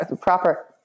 proper